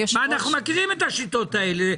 אנחנו מכירים את השיטות האלה,